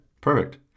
Perfect